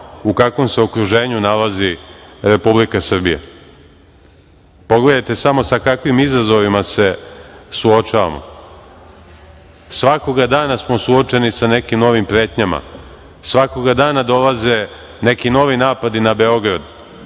u kakvom se okruženju nalazi Republika Srbija. Pogledajte samo sa kakvim izazovima se suočavamo. Svakoga dana smo suočeni sa nekim novim pretnjama. Svakoga dana dolaze neki novi napadi na Beograd,